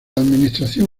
administración